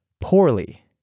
poorly